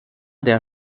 der